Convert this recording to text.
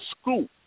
school